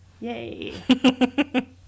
yay